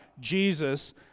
Jesus